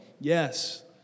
Yes